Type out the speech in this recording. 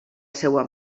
seva